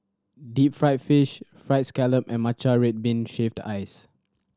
deep fried fish Fried Scallop and matcha red bean shaved ice